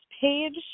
page